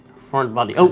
foreign body, oh!